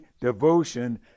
devotion